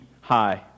high